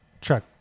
Check